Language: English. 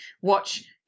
watch